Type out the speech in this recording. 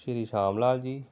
ਸ਼੍ਰੀ ਸ਼ਾਮ ਲਾਲ ਜੀ